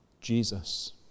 Jesus